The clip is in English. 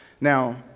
Now